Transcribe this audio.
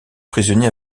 prisonnier